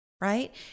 Right